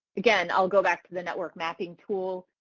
again i'll go back to the network mapping tool.